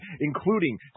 including